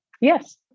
Yes